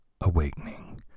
awakening